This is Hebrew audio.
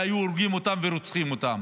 היו הורגים ורוצחים אותם.